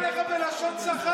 היא פונה אליך בלשון זכר.